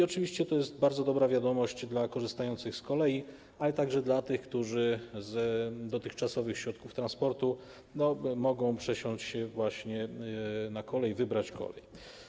Oczywiście to jest bardzo dobra wiadomość dla korzystających z kolei, ale także dla tych, którzy z dotychczasowych środków transportu mogą przesiąść się właśnie na kolej, wybrać kolej.